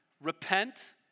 repent